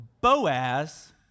Boaz